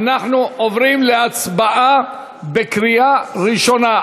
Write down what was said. אנחנו עוברים להצבעה בקריאה ראשונה.